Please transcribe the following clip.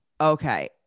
Okay